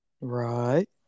Right